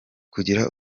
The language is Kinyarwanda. kugira